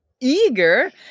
eager